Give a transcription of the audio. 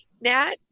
Nat